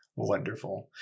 Wonderful